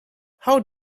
how